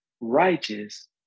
Righteous